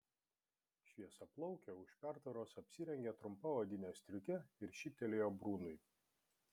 šviesiaplaukė už pertvaros apsirengė trumpą odinę striukę ir šyptelėjo brunui